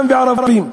ואם אצל הערבים.